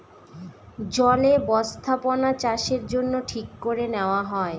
জলে বস্থাপনাচাষের জন্য ঠিক করে নেওয়া হয়